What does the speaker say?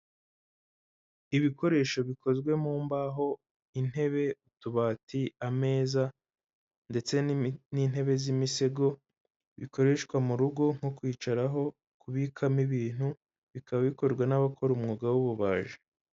Ibikoresho bikozwe mu mbaho, intebe, utubati, ameza ndetse n'intebe z'imisego, bikoreshwa mu rugo nko kwicaraho, kubikamo ibintu. Bikaba bikorwa n'abakora umwuga w'ububaji.